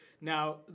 Now